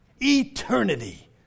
Eternity